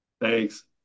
Thanks